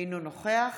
אינו נוכח